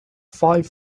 five